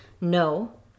no